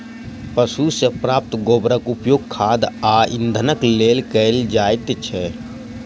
पशु सॅ प्राप्त गोबरक उपयोग खाद आ इंधनक लेल कयल जाइत छै